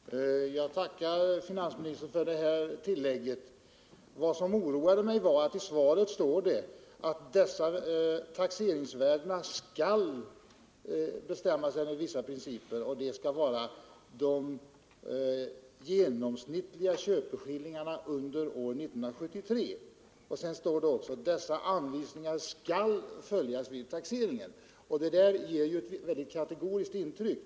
Herr talman! Jag tackar finansministern för det här tillägget. Vad som oroade mig var att i svaret står att taxeringsvärdena skall fastställas efter vissa principer och att de genomsnittliga köpeskillingarna under år 1973 då skall ligga till grund. Det heter vidare: ”Dessa anvisningar skall följas vid taxeringen.” Detta ger ett mycket kategoriskt intryck.